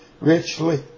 richly